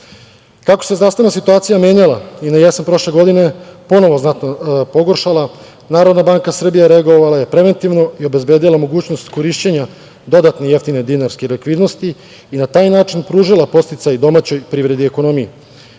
se zdravstvena situacija menjala i na jesen prošle godine, ponovo znatno pogoršala, Narodna banka Srbije je reagovala preventivno i obezbedila mogućnost korišćenja dodatne jeftine dinarske likvidnosti i na taj način pružila podsticaj domaćoj privredi i ekonomiji.